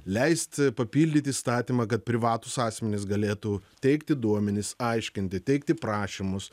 leist papildyt įstatymą kad privatūs asmenys galėtų teikti duomenis aiškinti teikti prašymus